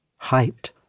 Hyped